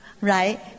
right